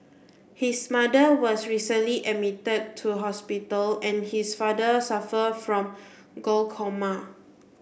his mother was recently admitted to hospital and his father suffer from glaucoma